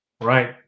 Right